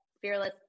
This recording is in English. fearless